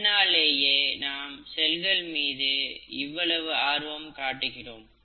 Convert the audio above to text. இதனாலேயே நாம் செல்கள் மீது இவ்வளவு ஆர்வம் காட்டுகிறோம்